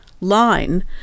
line